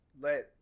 let